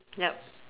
yup